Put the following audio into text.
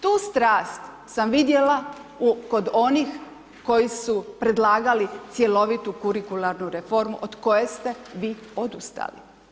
Tu strast sam vidjela kod onih koji su predlagali cjelovitu Kurikularnu reformu, od koje ste vi odustali.